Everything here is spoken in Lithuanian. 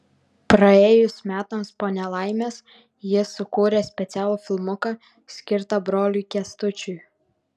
praėjus metams po nelaimės ji sukūrė specialų filmuką skirtą broliui kęstučiui